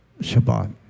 Shabbat